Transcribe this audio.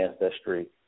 ancestry